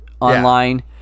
online